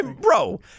Bro